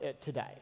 today